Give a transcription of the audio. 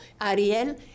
Ariel